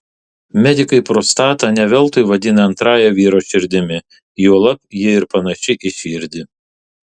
medikai prostatą ne veltui vadina antrąja vyro širdimi juolab ji ir panaši į širdį